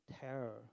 terror